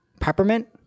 Peppermint